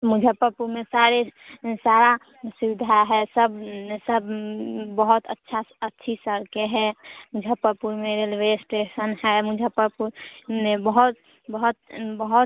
मुजफ्फरपुर में सारे सारा सुविधा है सब सब बहुत अच्छा अच्छी सड़कें हैं मुजफ्फरपुर में रेलवे इस्टेसन है मुजफ्फरपुर में बहुत बहुत बहुत